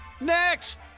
Next